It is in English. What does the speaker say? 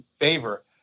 favor